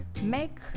Make